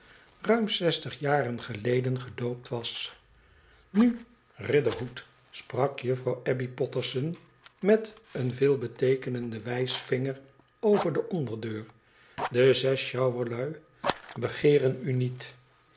ruim zestig jaren geleden gedoopt was nu riderhood sprak juffrouw abbey potterson met een veelbeteekenenden wijsvinger over de onderdeur de zes sjouwerlui begeerei u niet